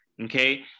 Okay